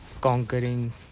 conquering